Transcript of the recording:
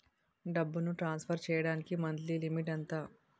డబ్బును ట్రాన్సఫర్ చేయడానికి monthly limit ఎంత?